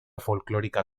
folclórica